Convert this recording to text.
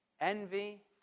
envy